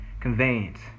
conveyance